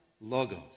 logos